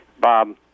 Bob